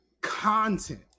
content